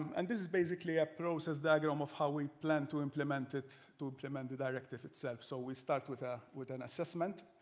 um and this is basically a process diagram of how we plan to implement it, to implement the directive itself. so we start with ah with an assessment.